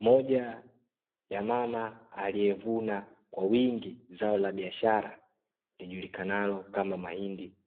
Moja ya mama aliyevuna kwa wingi zao la biashara lijulikanalo kama mahindi,